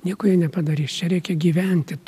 nieko jie nepadarys čia reikia gyventi